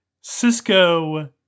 Cisco